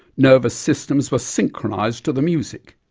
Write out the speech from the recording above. nervous systems were synchronised to the music.